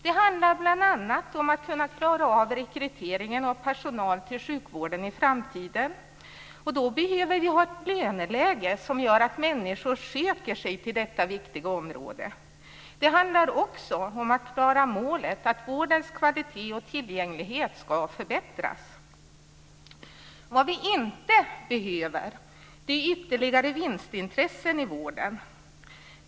Det handlar bl.a. om att kunna klara av rekryteringen av personal till sjukvården i framtiden, och då behöver vi ett löneläge som gör att människor söker sig till detta viktiga område. Det handlar också om att klara målet att vårdens kvalitet och tillgänglighet ska förbättras. Vad vi inte behöver är ytterligare vinstintressen i vården.